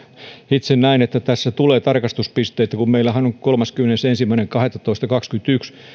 itse näen että tässä tulee tarkastuspisteitä kun meillähän tulee kolmaskymmenesensimmäinen kahdettatoista kaksikymmentäyksi